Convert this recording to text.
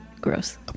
Gross